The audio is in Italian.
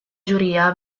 giuria